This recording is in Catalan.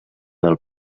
del